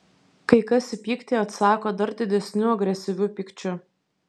kai kas į pyktį atsako dar didesniu agresyviu pykčiu